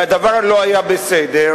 והדבר לא היה בסדר,